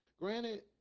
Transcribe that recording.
granted